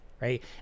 right